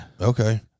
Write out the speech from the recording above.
okay